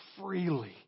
freely